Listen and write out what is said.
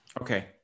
Okay